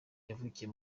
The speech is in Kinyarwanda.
yavukiye